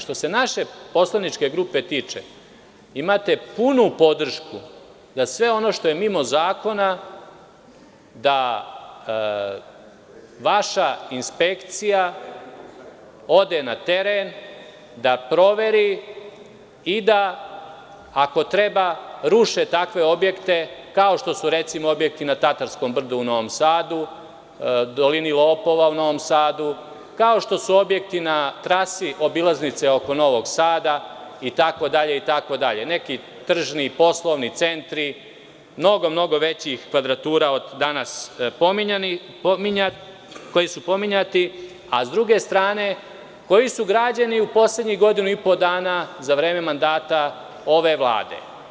Što se naše poslaničke grupe tiče, imate punu podršku da sve ono što je mimo zakona, da vaša inspekcija ode na teren da proveri i ako treba da ruše takve objekte, kao što su, recimo, objekti na Tatarskom brdu u Novom Sadu, „dolini lopova“ u Novom Sadu, kao što su objekti na trasi obilaznice oko Novog Sada itd, kao i neki tržni i poslovni centri mnogo većih kvadratura od danas pominjanih, a sa druge strane koji su građeni u poslednjih godinu i po dana, za vreme mandata ove vlade.